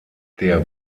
der